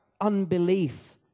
unbelief